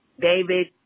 David